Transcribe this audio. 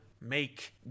make